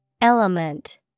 Element